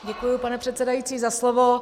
Děkuji, pane předsedající, za slovo.